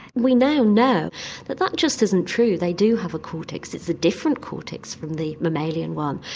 we know now that that just isn't true, they do have a cortex, it's a different cortex from the mammalian one.